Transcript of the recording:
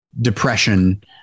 depression